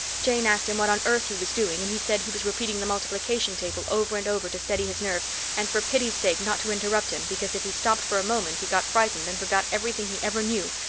jane asked him what on earth he was doing and he said he was repeating the multiplication table over and over to steady his nerves and for pity's sake not to interrupt him, because if he stopped for a moment he got frightened and forgot everything he ever knew,